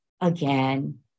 again